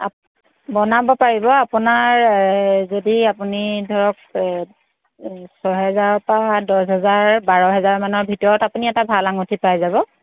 up বনাব পাৰিব আপোনাৰ যদি আপুনি ধৰক ছয় হেজাৰৰ পৰা দহ হেজাৰ বাৰ হেজাৰ মানৰ ভিতৰত আপুনি এটা ভাল আঙুঠি পাই যাব